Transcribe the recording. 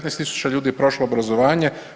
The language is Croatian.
15.000 ljudi je prošlo obrazovanje.